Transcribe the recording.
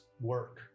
work